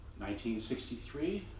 1963